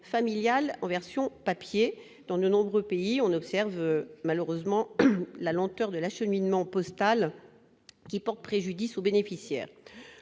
familiales en version papier dans le nombre de pays, on observe malheureusement la lenteur de l'acheminement postal qui porte préjudice aux bénéficiaires,